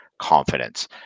confidence